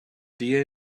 dna